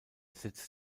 sitz